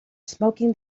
smoking